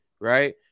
right